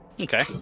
Okay